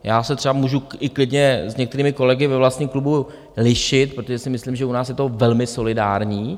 Já se třeba můžu i klidně s některými kolegy ve vlastním klubu lišit, protože si myslím, že u nás je to velmi solidární.